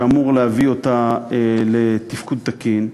שאמור להביא אותה לתפקוד תקין.